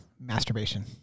Masturbation